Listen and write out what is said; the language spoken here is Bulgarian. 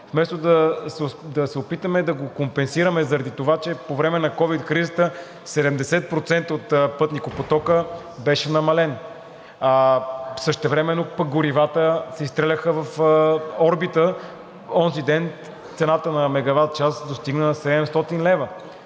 вместо да се опитаме да го компенсираме, заради това че по време на ковид кризата 70% от пътникопотока беше намален, а същевременно горивата се изстреляха в орбита и онзиден цената на мегаватчас достигна 700 лв.